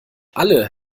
alle